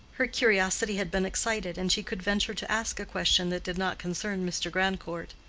her curiosity had been excited, and she could venture to ask a question that did not concern mr. grandcourt.